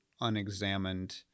unexamined